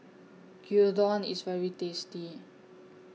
Gyudon IS very tasty